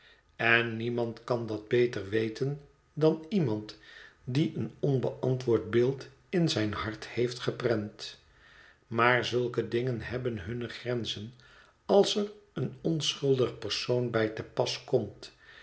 en niemand kan dat beter weten dan iemand die een onbeantwoord beeld in zijn hart heeft geprent maar zulke dingen hebben hunne grenzen als er een onschuldig persoon bij te pas komt